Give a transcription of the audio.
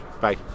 Bye